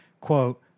quote